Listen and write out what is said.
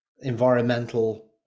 environmental